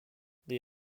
they